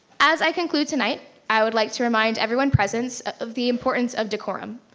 as i conclude tonight, i would like to remind everyone present of the importance of decorum.